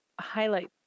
highlight